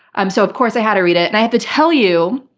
um so of course i had to read it, and i had to tell you.